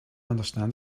understand